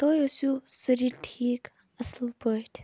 تُہۍ ٲسیوٗ سٲری ٹھیٖک اصٕل پٲٹھۍ